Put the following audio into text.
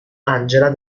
angela